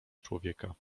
człowieka